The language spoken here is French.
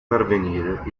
parvenir